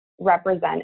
represent